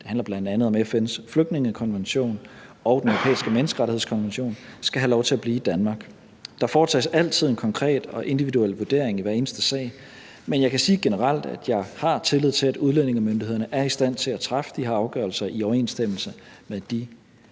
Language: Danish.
det handler bl.a. om FN's flygtningekonvention og Den Europæiske Menneskerettighedskonvention – skal have lov til at blive i Danmark. Der foretages altid en konkret og individuel vurdering i hver eneste sag. Men jeg kan sige generelt, at jeg har tillid til, at udlændingemyndighederne er i stand til at træffe de her afgørelser i overensstemmelse med de